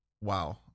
Wow